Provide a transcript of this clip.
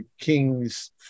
Kings